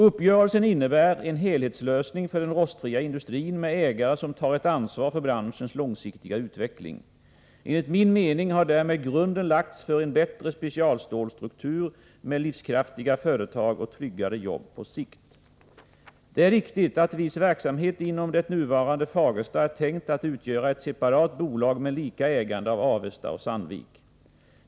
Uppgörelsen innebär en helhetslösning för den rostfria industrin med ägare som tar ett ansvar för branschens långsiktiga utveckling. Enligt min mening har därmed grunden lagts för en bättre specialstålsstruktur med livskraftiga företag och tryggare jobb på sikt. Det är riktigt att viss verksamhet inom det nuvarande Fagersta är tänkt att utgöra ett separat bolag med lika ägande av Avesta och Sandvik.